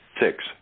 Six